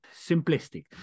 simplistic